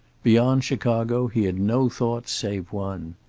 beyond chicago he had no thought save one.